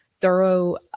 thorough